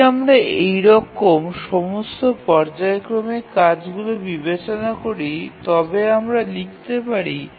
যদি আমরা এইরকম সমস্ত পর্যায়ক্রমিক কাজগুলি বিবেচনা করি তবে আমরা লিখতে পারি